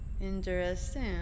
Interesting